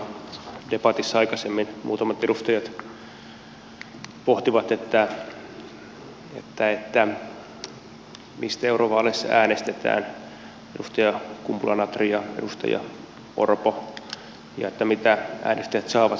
tuolla debatissa aikaisemmin muutamat edustajat edustaja kumpula natri ja edustaja orpo pohtivat mistä eurovaaleissa äänestetään ja mitä äänestäjät saavat kun äänestävät keskustaa